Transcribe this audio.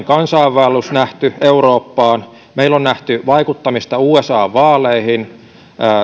kansainvaellus nähty eurooppaan meillä on nähty vaikuttamista usan vaaleihin